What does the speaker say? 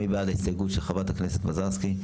מי בעד ההסתייגות של חברת הכנסת מזרסקי?